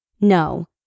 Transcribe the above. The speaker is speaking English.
No